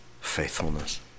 faithfulness